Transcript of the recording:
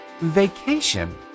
vacation